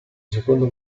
secondo